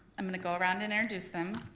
i'm gonna go around and introduce them.